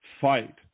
fight